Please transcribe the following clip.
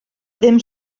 ddim